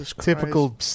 Typical